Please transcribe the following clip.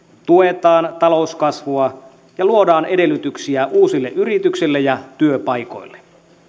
tuetaan talouskasvua ja luodaan edellytyksiä uusille yrityksille ja työpaikoille